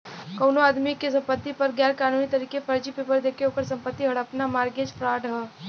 कउनो आदमी के संपति पर गैर कानूनी तरीके फर्जी पेपर देके ओकर संपत्ति हड़पना मारगेज फ्राड हौ